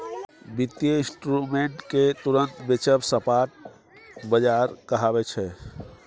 बित्तीय इंस्ट्रूमेंट केँ तुरंत बेचब स्पॉट बजार कहाबै छै